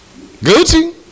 Gucci